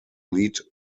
lead